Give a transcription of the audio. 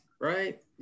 right